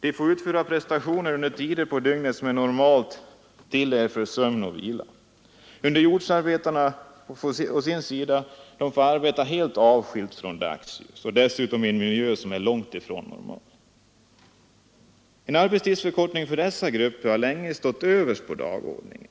De får utföra prestationer under tider på dygnet som normalt är till för sömn och vila. Underjordsarbetarna får arbeta helt avskilt från dagsljus och dessutom i en miljö som är långt ifrån normal. En arbetstidsförkortning för dessa grupper har länge stått överst på dagordningen.